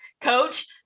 Coach